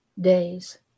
days